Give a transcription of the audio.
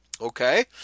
Okay